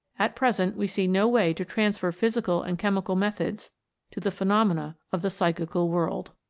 at present we see no way to transfer physical and chemical methods to the phenomena of the psychical world.